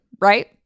Right